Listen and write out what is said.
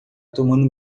tomando